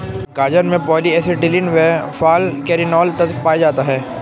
गाजर में polyacetylene व फालकैरिनोल तत्व पाया जाता है